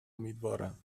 امیدوارم